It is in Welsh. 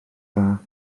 dda